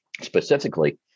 specifically